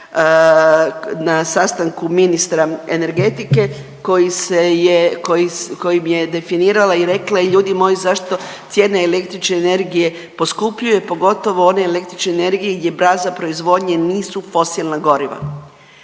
na sastanku ministra energetike kojim je definirala i rekla ljudi moji zašto cijene električne energije poskupljuje, pogotovo one električne energije gdje baza proizvodnje nisu fosilna goriva.